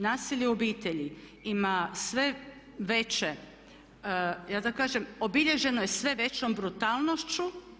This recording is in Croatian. Nasilje u obitelji ima sve veće da tako kažem, obilježeno je sve većom brutalnošću.